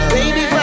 Baby